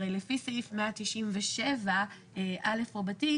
הרי לפי סעיף 197(א) רבתי,